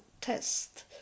test